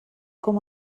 com